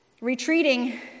Retreating